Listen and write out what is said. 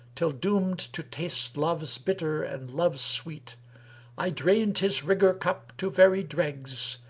till doomed to taste love's bitter and love's sweet i drained his rigour-cup to very dregs,